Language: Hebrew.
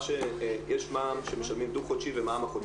יש מע"מ שמשלמים דו-חודשי ומע"מ החודשי.